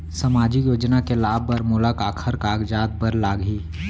सामाजिक योजना के लाभ बर मोला काखर कागजात बर लागही?